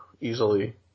easily